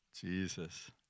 Jesus